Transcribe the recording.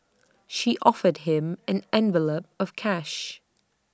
she offered him an envelope of cash